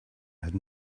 had